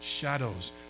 shadows